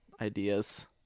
ideas